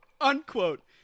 Unquote